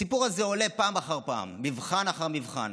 הסיפור הזה עולה פעם אחר פעם, מבחן אחר מבחן,